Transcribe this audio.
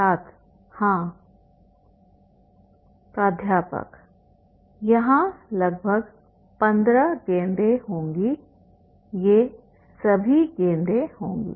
छात्र हाँ प्राध्यापक यहाँ लगभग 15 गेंदें होंगी ये सभी गेंदें होंगी